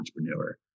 entrepreneur